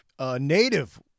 Native